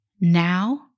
Now